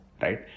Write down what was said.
Right